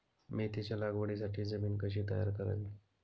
मेथीच्या लागवडीसाठी जमीन कशी तयार करावी?